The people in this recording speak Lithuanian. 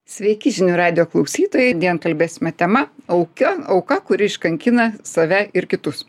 sveiki žinių radijo klausytojai dien kalbėsime tema auka auka kuri iškankina save ir kitus